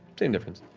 same difference.